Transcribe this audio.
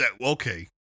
okay